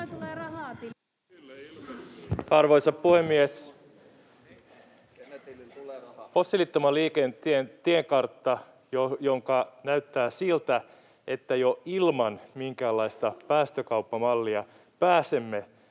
Arvoisa puhemies! Fossiilittoman liikenteen tiekartta näyttää siltä, että jo ilman minkäänlaista päästökauppamallia pääsemme